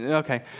yeah okay.